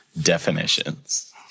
definitions